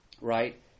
right